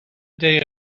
day